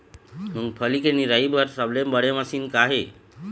मूंगफली के निराई बर सबले बने मशीन का ये?